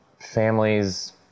families